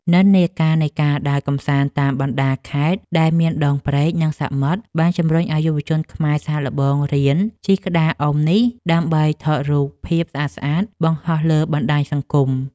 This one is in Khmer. និន្នាការនៃការដើរកម្សាន្តតាមបណ្តាខេត្តដែលមានដងព្រែក និងសមុទ្រ បានជំរុញឱ្យយុវជនខ្មែរសាកល្បងរៀនជិះក្តារអុំនេះ ដើម្បីថតរូបភាពស្អាតៗបង្ហោះលើបណ្តាញសង្គម។